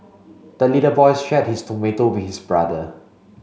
the little boy shared his tomato with his brother